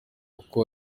kuko